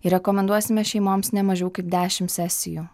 ir rekomenduosime šeimoms ne mažiau kaip dešimt sesijų